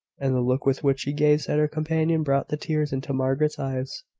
and the look with which she gazed at her companion brought the tears into margaret's eyes.